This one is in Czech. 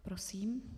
Prosím.